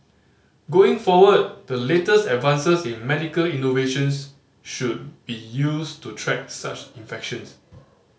going forward the latest advances in medical innovations should be used to track such infections